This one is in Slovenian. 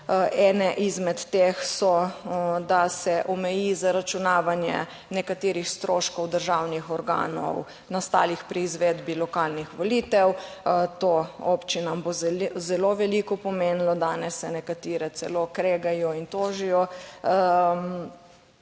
Ene izmed teh so, da se omeji zaračunavanje nekaterih stroškov državnih organov, nastalih pri izvedbi lokalnih volitev. To občinam bo zelo veliko pomenilo. 11. TRAK: (DAG) - 9.50 (nadaljevanje)